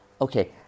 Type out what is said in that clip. okay